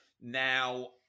Now